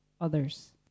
others